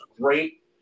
great